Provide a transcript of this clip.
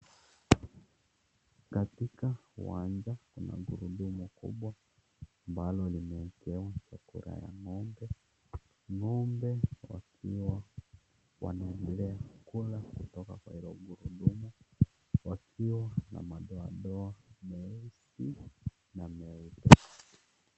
Katika uwanja kuna gurudumu kubwa ambalo limewekewa chakula ya ng'ombe, ng'ombe wakiwa wanaendelea kula kutoka kwa hiyo gurudumu wakiwa na madoadoa meusi na meupe.